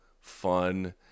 fun